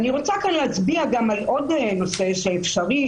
אני רוצה להצביע כאן על עוד נושא אפשרי.